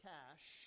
Cash